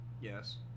yes